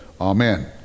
Amen